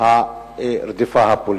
הרדיפה הפוליטית.